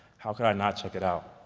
how could i not check it out?